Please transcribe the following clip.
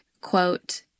Quote